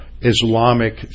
Islamic